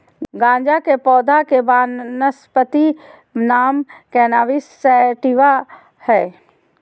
गाँजा के पौधा के वानस्पति नाम कैनाबिस सैटिवा हइ